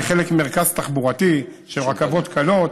היא חלק ממרכז תחבורתי של רכבות קלות,